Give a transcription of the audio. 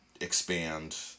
expand